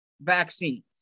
vaccines